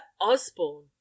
osborne